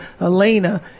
Elena